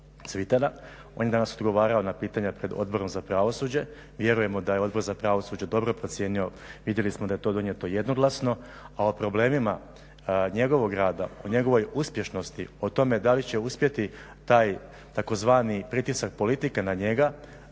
Cvitana, on je danas odgovarao na pitanja pred Odborom za pravosuđe. Vjerujemo da je Odbor za pravosuđe dobro procijenio, vidjeli smo da je to donijeto jednoglasno, a o problemima njegovog rada, o njegovoj uspješnosti, o tome da li će uspjeti taj tzv. pritisak politike na njega,